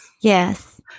Yes